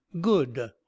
good